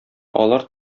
алар